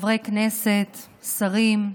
חברי כנסת, שרים,